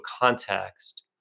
context